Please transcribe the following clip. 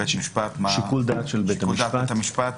שיקול דעת של בית המשפט.